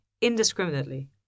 indiscriminately